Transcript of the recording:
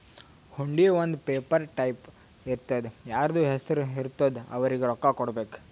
ಹುಂಡಿ ಒಂದ್ paper type ಇರ್ತುದಾ ಯಾರ್ದು ಹೆಸರು ಇರ್ತುದ್ ಅವ್ರಿಗ ರೊಕ್ಕಾ ಕೊಡ್ಬೇಕ್